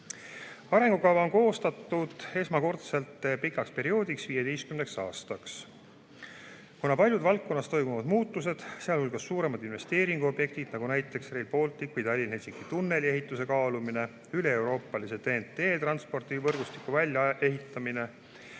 Arengukava on koostatud esmakordselt pikaks perioodiks, 15 aastaks, kuna paljud valdkonnas toimuvad muutused, sealhulgas suuremad investeeringuobjektid, nagu Rail Balticu ehitus, Tallinna–Helsingi tunneli ehituse kaalumine ja üleeuroopalise TEN-T transpordivõrgustiku väljaehitamine,